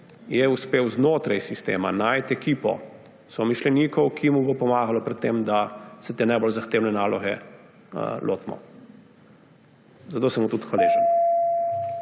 je uspel znotraj sistema najti ekipo somišljenikov, ki mu bo pomagala pri tem, da se te najbolj zahtevne naloge lotimo. Za to sem mu tudi hvaležen.